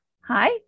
Hi